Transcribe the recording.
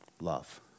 love